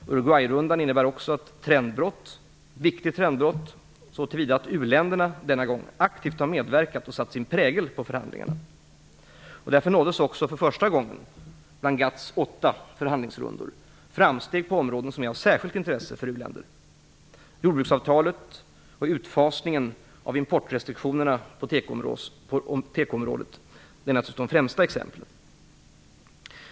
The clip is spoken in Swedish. Uruguayrundan innebär också ett viktigt trendbrott, så till vida att u-länderna denna gång medverkat aktivt och satt sin prägel på förhandlingarna. Därför nåddes också, för första gången bland GATT:s åtta förhandlingsrundor, framsteg på områden som är av särskilt intresse för uländerna. Jordbruksavtalet och utfasningen av importrestriktionerna på tekoområdet är naturligtvis de främsta exemplen.